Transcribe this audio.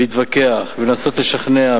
להתווכח ולנסות לשכנע,